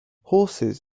horses